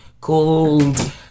called